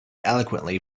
eloquently